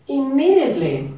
immediately